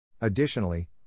Additionally